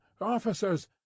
Officers